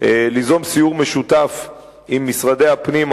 סיור משותף עם משרדי הפנים,